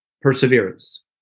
perseverance